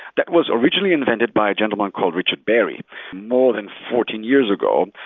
that was originally invented by a gentleman called richard barry more than fourteen years ago,